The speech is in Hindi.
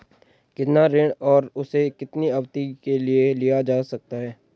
कितना ऋण और उसे कितनी अवधि के लिए लिया जा सकता है?